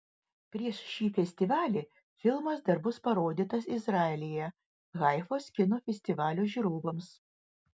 prieš šį festivalį filmas dar bus parodytas izraelyje haifos kino festivalio žiūrovams